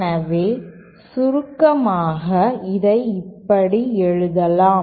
எனவே சுருக்கமாக இதை இப்படி எழுதலாம்